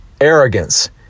arrogance